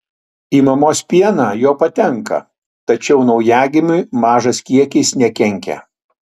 į mamos pieną jo patenka tačiau naujagimiui mažas kiekis nekenkia